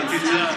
בנסיעה,